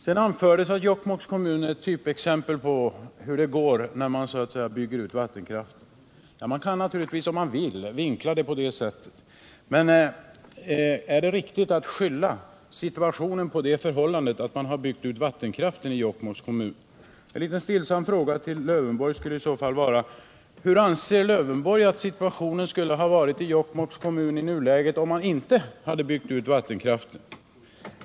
Sedan anfördes att Jokkmokks kommun är ett typexempel på hur det går när man bygger ut vattenkraften. Man kan naturligtvis, om man vill, vinkla frågan på det sättet. Men är det riktigt att skylla situationen på det förhållandet att man har byggt ut vattenkraften i Jokkmokks kommun? En liten stillsam fråga till herr Lövenborg skulle i så fall vara: Hur anser herr Lövenborg att situationen skulle ha varit i Jokkmokks kommun i nuläget om man inte hade byggt ut vattenkraften?